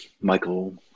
Michael